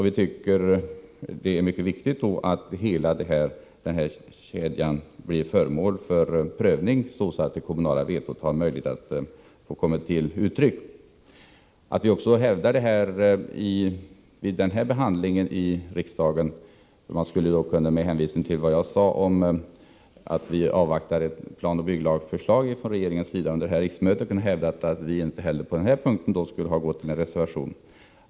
Vi tycker det är viktigt att all kärnteknisk verksamhet blir föremål för prövning, så att det kommunala vetot har möjlighet att komma till uttryck. Med hänvisning till vad jag sagt om att vi avvaktar ett förslag om planoch bygglag från regeringen under detta riksmöte skulle man kunna hävda att vi inte heller på denna punkt hade behövt reservera oss.